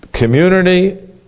community